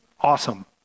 awesome